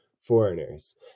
foreigners